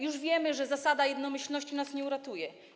Już wiemy, że zasada jednomyślności nas nie uratuje.